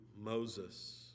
Moses